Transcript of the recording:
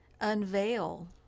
unveil